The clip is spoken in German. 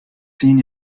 zehn